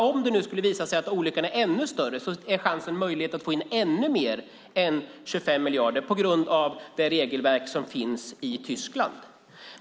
Om det skulle visa sig att olyckan är ännu större finns chansen att få in ännu mer än 25 miljarder på grund av det regelverk som finns i Tyskland.